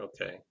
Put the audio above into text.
okay